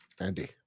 andy